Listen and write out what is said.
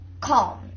calm